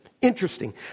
Interesting